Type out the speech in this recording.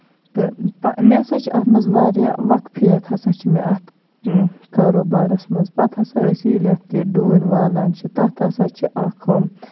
تہٕ مےٚ سا چھِ اَتھ منٛز واریاہ واقفیت ہسا چھِ مےٚ اَتھ کاروبارَس منٛز پَتہٕ ہسا ٲسۍ ییٚلہِ اَتھ یہِ ڈوٗنۍ والان چھِ تَتھ ہسا چھِ اکھ ہُم